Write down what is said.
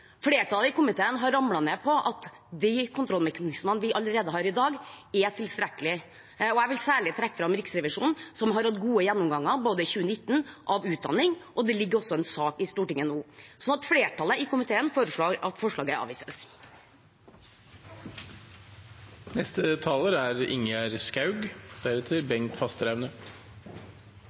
Flertallet i komiteen har falt ned på at de kontrollmekanismene vi allerede har i dag, er tilstrekkelig. Jeg vil særlig trekke fram Riksrevisjonen som har hatt gode gjennomganger, både den i 2019 om utdanning og en sak som ligger i Stortinget nå. Så flertallet i komiteen foreslår at forslaget avvises.